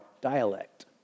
dialect